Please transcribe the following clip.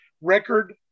Record